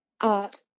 art